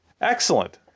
Excellent